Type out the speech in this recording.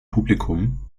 publikum